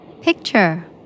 Picture